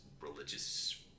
religious